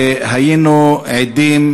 והיינו עדים